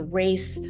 race